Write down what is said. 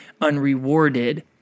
unrewarded